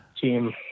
team